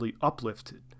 uplifted